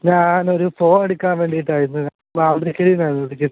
ഞാനൊരു ഫോണെടുക്കാന് വേണ്ടിയിട്ടായിരുന്നു മാമ്പുഴക്കരിയിൽ നിന്നാണ് വിളിക്കുന്നത്